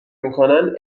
میکنند